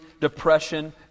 depression